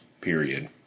period